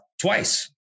twice